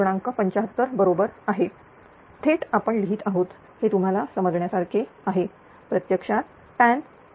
75 बरोबर आहे थेट आपण लिहीत आहोत हे तुम्हाला समजण्यासारखे आहे प्रत्यक्षात tancos 10